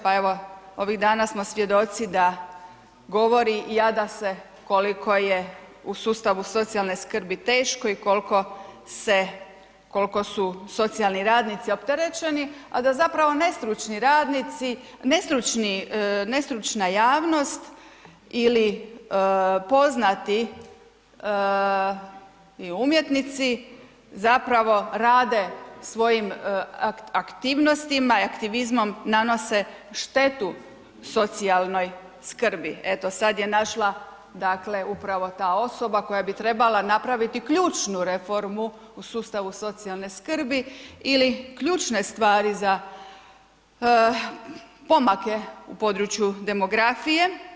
Pa evo, ovih dana smo svjedoci da govori i jada se koliko je u sustavu socijalne skrbi teško i kolko su socijalni radnici opterećeni, a da zapravo nestručna javnost ili poznati i umjetnici zapravo rade svojim aktivnostima i aktivizmom nanose štetu socijalnoj skrbi, eto sad je našla, dakle, upravo ta osoba koja bi trebala napraviti ključnu reformu u sustavu socijalne skrbi ili ključne stvari za pomake u području demografije.